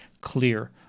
clear